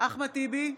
אחמד טיבי,